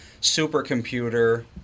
supercomputer